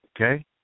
Okay